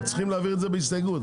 אבל צריכים להעביר את זה בהסתייגות.